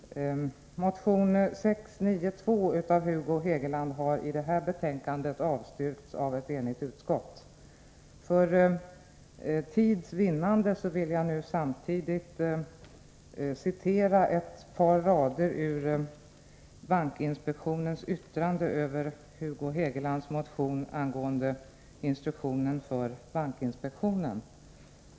Motion 692 av Hugo Hegeland har avstyrkts av ett enigt utskott. För tidsvinnande vill jag nu samtidigt citera ett par rader ur bankinspektionens yttrande över Hugo Hegelands motion angående instruktionen för bankinspektionen.